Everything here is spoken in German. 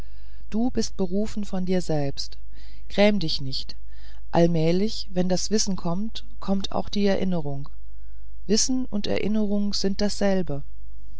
du bist berufen von dir selbst gräm dich nicht allmählich wenn das wissen kommt kommt auch die erinnerung wissen und erinnerung sind dasselbe